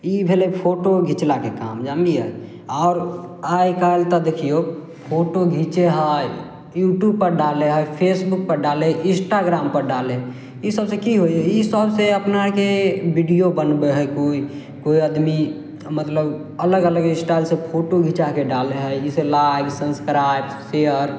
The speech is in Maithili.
ई भेलै फोटो घिचलाके काम जनलियै आओर आइकाल्हि तऽ देखियौ फोटो घिचइ हइ यूटुबपर डालै हइ फेसबुकपर डालै हइ इंस्टाग्रामपर डालै हइ ई सबसँ की होइ हइ ई सबसँ अपनाके वीडियो बनबय हइ कोइ कोइ आदमी मतलब अलग अलग स्टाइलसँ फोटो घिचाके डालय हइ जाहिसँ लाइक सब्सक्राइब शेयर